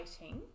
waiting